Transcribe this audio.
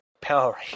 Power